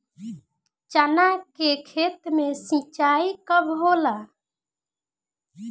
चना के खेत मे सिंचाई कब होला?